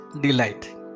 delight